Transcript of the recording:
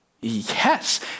Yes